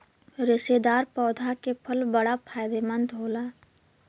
रेशेदार पौधा के फल बड़ा फायदेमंद होला